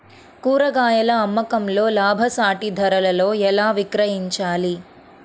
కూరగాయాల అమ్మకంలో లాభసాటి ధరలలో ఎలా విక్రయించాలి?